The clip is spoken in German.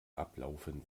ablaufen